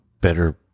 better